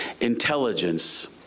intelligence